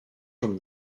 from